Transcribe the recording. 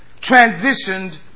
transitioned